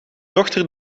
dochter